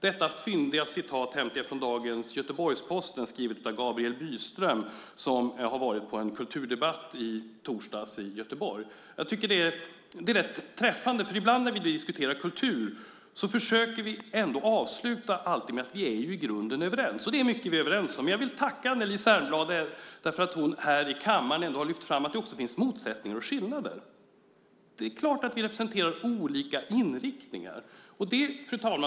Detta fyndiga citat hämtar jag från dagens Göteborgs-Posten. Det är skrivet av Gabriel Byström som i torsdags var på en kulturdebatt i Göteborg. Jag tycker att det är rätt träffande. Ibland när vi diskuterar kultur försöker vi avsluta med att vi i grunden ändå är överens. Det är mycket vi är överens om. Jag vill tacka Anneli Särnblad därför att hon här i kammaren har lyft fram att det också finns motsättningar och skillnader. Det är klart att vi representerar olika inriktningar. Fru talman!